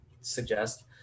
suggest